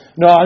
no